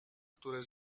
które